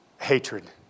hatred